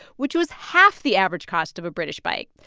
which was half the average cost of a british bike.